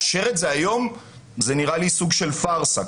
לאשר את זה היום, זה נראה לי סוג של פרסה.